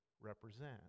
represent